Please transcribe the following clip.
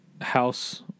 House